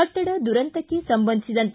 ಕಟ್ಟಡ ದುರಂತಕ್ಕೆ ಸಂಬಂಧಿಸಿದಂತೆ